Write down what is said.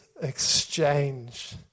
exchange